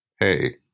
Hey